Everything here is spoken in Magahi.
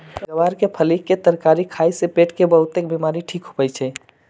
ग्वार के फली के तरकारी खाए से पेट के बहुतेक बीमारी ठीक होई छई